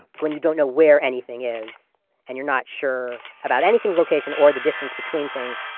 when you don't know where anything is and you're not sure about anything's location or the distance between things,